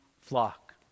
flock